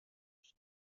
شانسی